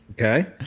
Okay